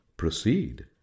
Proceed